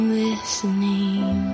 listening